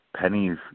pennies